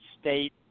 state